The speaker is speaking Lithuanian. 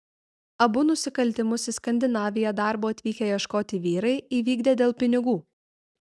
abu nusikaltimus į skandinaviją darbo atvykę ieškoti vyrai įvykdė dėl pinigų